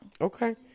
Okay